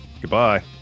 goodbye